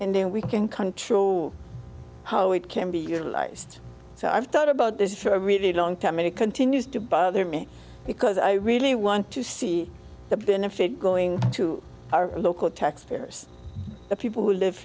and we can control how it can be utilized so i've thought about this for a really long time and it continues to bother me because i really want to see the benefit going to our local taxpayers the people who live